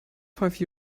five